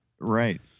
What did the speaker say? Right